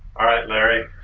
alright larry,